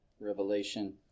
Revelation